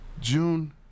June